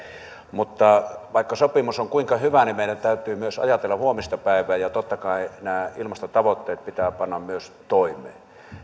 mutta vaikka sopimus on kuinka hyvä niin meidän täytyy myös ajatella huomista päivää ja totta kai nämä ilmastotavoitteet pitää panna myös toimeen